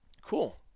cool